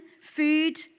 food